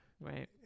Right